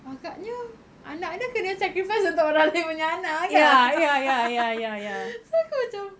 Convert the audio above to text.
agaknya anak dia kena sacrifice untuk orang lain punya anak so aku macam